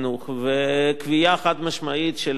וקביעה חד-משמעית של הוועדה,